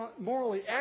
morally